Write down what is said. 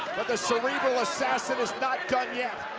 but the cerebral assassin is not done yet.